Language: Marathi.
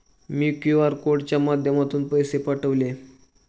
मी क्यू.आर कोडच्या माध्यमातून पैसे पाठवले